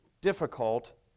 Difficult